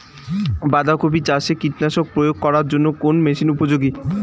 বাঁধা কপি চাষে কীটনাশক প্রয়োগ করার জন্য কোন মেশিন উপযোগী?